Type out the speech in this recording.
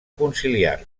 conciliar